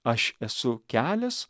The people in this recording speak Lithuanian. aš esu kelias